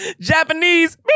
Japanese